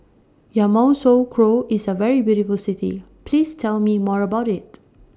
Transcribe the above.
Yamoussoukro IS A very beautiful City Please Tell Me More about IT